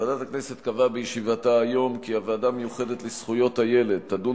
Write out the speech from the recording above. ועדת הכנסת קבעה בישיבתה היום כי הוועדה המיוחדת לזכויות הילד תדון